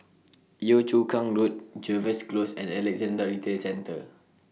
Yio Chu Kang Road Jervois Close and Alexandra Retail Centre